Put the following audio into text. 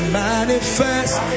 manifest